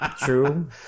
true